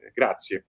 grazie